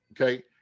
okay